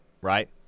right